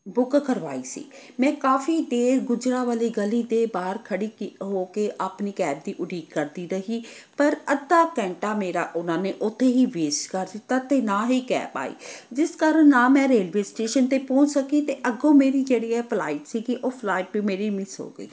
book ਕਰਵਾਈ ਸੀ ਮੈਂ ਕਾਫ਼ੀ ਦੇਰ ਗੁੱਜਰਾਂ ਵਾਲੀ ਗਲੀ ਦੇ ਬਾਹਰ ਖੜੀ ਕੇ ਹੋ ਕੇ ਆਪਣੀ ਕੈਬ ਦੀ ਉਡੀਕ ਕਰਦੀ ਰਹੀ ਪਰ ਅੱਧਾ ਘੰਟਾ ਮੇਰਾ ਉਹਨਾਂ ਨੇ ਉੱਥੇ ਹੀ ਵੇਸਟ ਕਰ ਦਿੱਤਾ ਅਤੇ ਨਾ ਹੀ ਕੈਬ ਆਈ ਜਿਸ ਕਾਰਨ ਨਾ ਮੈਂ ਰੇਲਵੇ ਸਟੇਸ਼ਨ 'ਤੇ ਪਹੁੰਚ ਸਕੀ ਅਤੇ ਅੱਗੋਂ ਮੇਰੀ ਜਿਹੜੀ ਆ ਫਲਾਈਟ ਸੀਗੀ ਉਹ ਫਲਾਈਟ ਵੀ ਮੇਰੀ ਮਿਸ ਹੋ ਗਈ